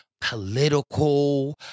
political